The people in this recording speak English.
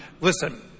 listen